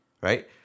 right